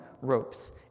ropes